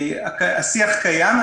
השיח קיים.